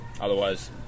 Otherwise